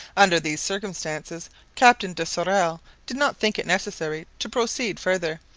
under these circumstances captain de sorel did not think it necessary to proceed farther,